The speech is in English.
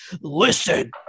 listen